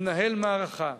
לנהל מערכה,